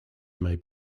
may